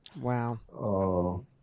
Wow